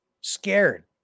scared